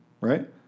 right